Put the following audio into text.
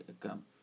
come